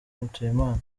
mutuyimana